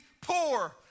poor